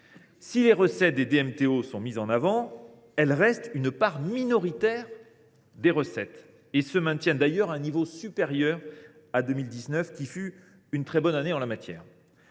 Si les recettes de DMTO sont mises en avant, elles restent une part minoritaire de l’ensemble des recettes et se maintiennent à un niveau supérieur à celui de 2019, qui fut une très bonne année en la matière.